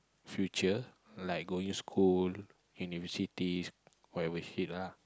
future like going school universities whatever shit lah